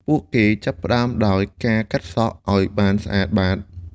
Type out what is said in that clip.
ពួកគេចាប់ផ្ដើមដោយ ការកាត់សក់ ឱ្យបានស្អាតបាត។